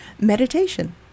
Meditation